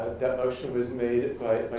that motion was made by